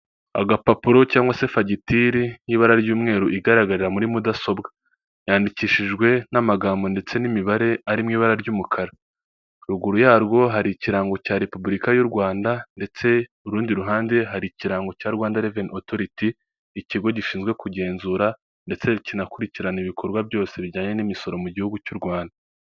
Agapapuro cyangwa se fagitire y'ibara ry'umweru igaragarira muri mudasobwa yandikishijwe n'amagambo ndetse n'imibare ari mu ibara ry'umukara, ruguru yarwo hari ikirango cya repubulika y'u Rwanda ndetse ku rundi ruhande hari ikirango cya Rwanda revenu Otoriti, ikigo gishinzwe kugenzura ndetse kinakurikirana ibikorwa byose bijyanye n'imisoro mu gihugu cy'u Rwanda.